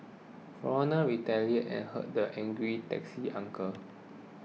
foreigner retaliated and hurt the angry taxi uncle